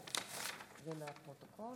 (הישיבה נפסקה בשעה